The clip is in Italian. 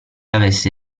avesse